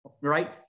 right